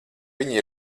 viņa